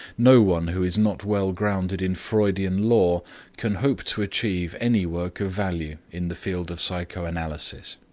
no one who is not well grounded in freudian lore can hope to achieve any work of value in the field of psychoanalysis.